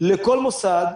לכל מוסד,